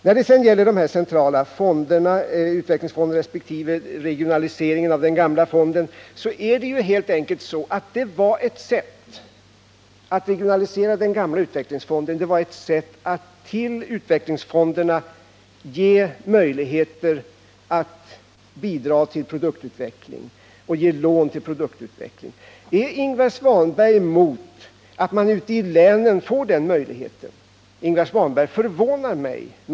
Så beträffande de centrala fonderna, utvecklingsfonderna resp. regionaliseringen av den gamla fonden. Det var helt enkelt ett sätt att ge utvecklingsfonderna möjlighet att bidra med lån till produktutveckling. Är Ingvar Svanberg emot att man ute i länen får den möjligheten? Ingvar Svanberg förvånar mig.